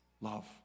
love